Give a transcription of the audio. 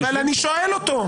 אבל אני שואל אותו.